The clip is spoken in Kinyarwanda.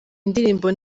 ndirimbo